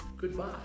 goodbye